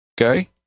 okay